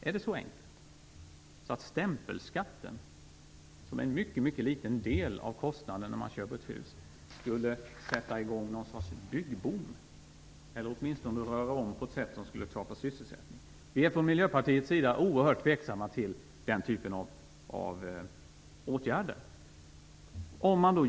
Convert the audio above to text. Är det så enkelt att en sänkning av stämpelskatten, som är en mycket liten del av kostnaden när man köper ett hus, skulle sätta i gång något slags byggboom eller åtminstone röra om på ett sätt som skulle skapa sysselsättning? Vi är från Miljöpartiets sida oerhört tveksamma till den typen av åtgärder.